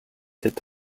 sept